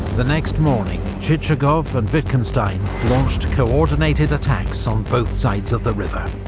the next morning, chichagov and wittgenstein launched co-ordinated attacks on both sides of the river.